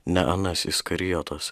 ne anas iskarijotas